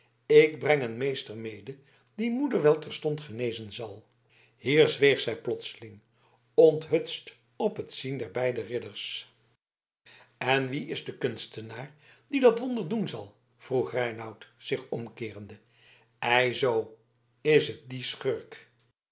ik breng een meester mede die moeder wel terstond genezen zal hier zweeg zij plotseling onthutst op het zien der beide ridders en wie is de kunstenaar die dat wonder doen zal vroeg reinout zich omkeerende ei zoo is het die schurk